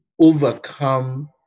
overcome